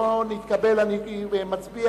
ג'מאל זחאלקה וחנין זועבי לסעיף 11 לא נתקבלה.